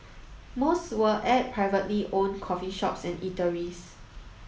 most were at privately owned coffee shops and eateries